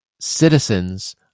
citizens